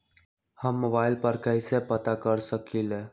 हम मोबाइल पर कईसे पता कर सकींले?